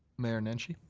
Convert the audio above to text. mayor nenshi?